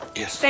yes